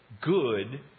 good